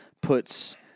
puts